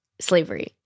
slavery